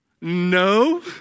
No